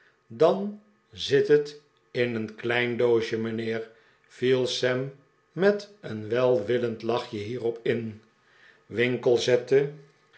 dan zit het in een klein doosje mijn heer viel sam met een welwillend lachje hierop in winkle